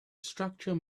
structure